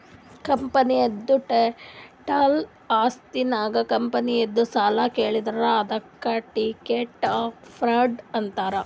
ಕಂಪನಿದು ಟೋಟಲ್ ಆಸ್ತಿ ನಾಗ್ ಕಂಪನಿದು ಸಾಲ ಕಳದುರ್ ಅದ್ಕೆ ಇಕ್ವಿಟಿ ಫಂಡ್ ಅಂತಾರ್